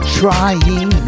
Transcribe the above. trying